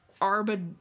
Arba